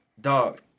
Dog